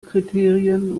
kriterien